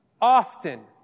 often